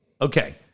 Okay